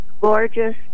gorgeous